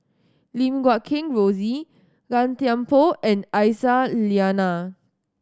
Lim Guat Kheng Rosie Gan Thiam Poh and Aisyah Lyana